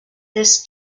this